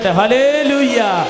hallelujah